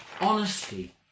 honesty